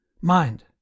Mind